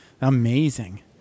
Amazing